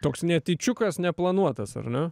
toks netyčiukas neplanuotas ar ne